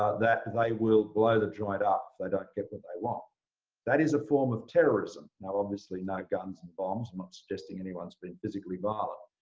ah that they will blow the joint up if they don't get but they want that is a form of terrorism. now, obviously, no guns and bombs. i'm not suggesting anyone's been physically violent.